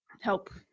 help